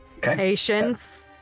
patience